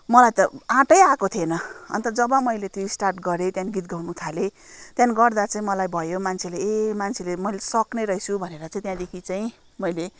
मलाई त आँटै आएको थिएन अन्त जब मैले त्यो स्टार्ट गरेँ त्यहाँदेखि गीत गाउनु थालेँ त्यहाँदेखि गर्दा चाहिँ मलाई भयो मान्छेले ए मान्छेले मैले सक्ने रहेछु भनेर चाहिँ त्यहाँदेखि चाहिँ मैले